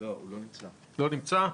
לא נמצא.